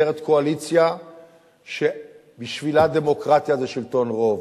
נוצרת קואליציה שבשבילה דמוקרטיה זה שלטון רוב.